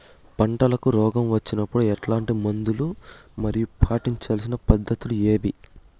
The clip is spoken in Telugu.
పంటకు రోగం వచ్చినప్పుడు ఎట్లాంటి మందులు మరియు పాటించాల్సిన పద్ధతులు ఏవి?